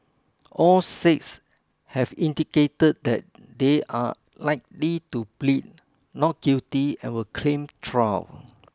all six have indicated that they are likely to plead not guilty and will claim trial